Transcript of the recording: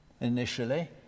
Initially